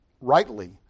rightly